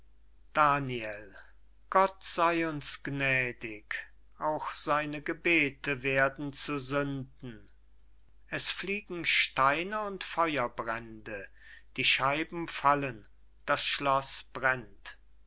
daniel gott sey uns gnädig auch seine gebete werden zu sünden es fliegen steine und feuerbrände die scheiben fallen das schloß brennt